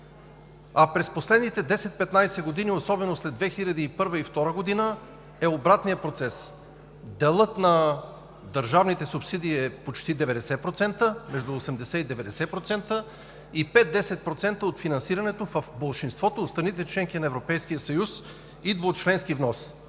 а през последните 10 – 15 години, особено след 2001-а и 2002 г., е обратният процес – делът на държавните субсидии е почти 90%, между 80 и 90%, и 5 – 10% от финансирането в болшинството от страните – членки на Европейския съюз, идва от членки внос.